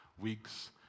weeks